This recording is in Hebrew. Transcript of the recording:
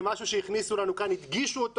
זה משהו שהכניסו לנו לכאן הדגישו אותו